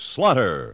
Slaughter